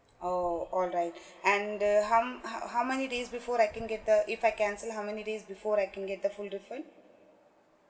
oh all right and the how how how many days before I can get the if I cancel it how many days before I can get the full refund